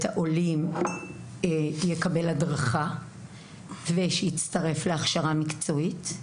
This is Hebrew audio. העולים יקבל הדרכה ושיצטרף להכשרה מקצועית.